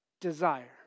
desire